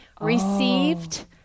received